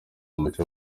umuco